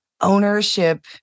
Ownership